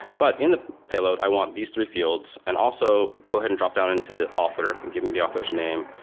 but in the payload, i want these three fi elds and also go ahead and drop down into the author and give me the author s name.